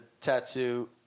tattoo